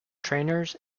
trainers